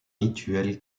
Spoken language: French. rituel